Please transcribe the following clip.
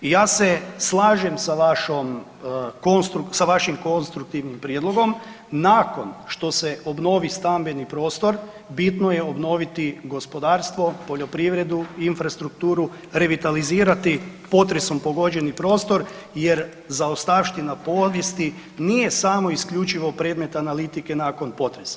I ja se slažem sa vašom, sa vašim konstruktivnim prijedlogom nakon što se obnovi stambeni prostor, bitno je obnoviti gospodarstvo, poljoprivredu, infrastrukturu, revitalizirati potresom pogođeni prostor jer zaostavština povijesti nije samo isključivo predmet analitike nakon potresa.